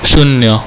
शून्य